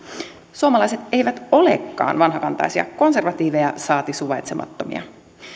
suomalaiset eivät olekaan vanhakantaisia konservatiiveja saati suvaitsemattomia